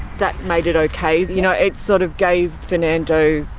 that made it okay, you know, it sort of gave fernando.